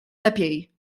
lepiej